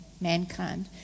mankind